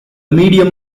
medium